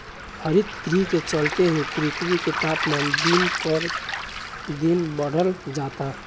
हरितगृह के चलते ही पृथ्वी के तापमान दिन पर दिन बढ़ल जाता